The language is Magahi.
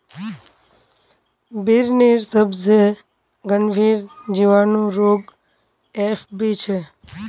बिर्निर सबसे गंभीर जीवाणु रोग एफ.बी छे